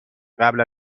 قبل